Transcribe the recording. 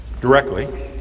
directly